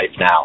now